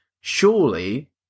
surely